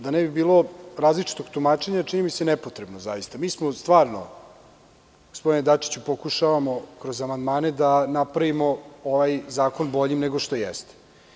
Da ne bi bilo različitog tumačenja, čini mi se zaista nepotrebno, mi stvarno, gospodine Dačiću, pokušavamo kroz amandmane da napravimo ovaj zakon boljim nego što jeste.